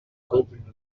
covering